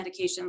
medications